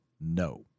no